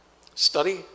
study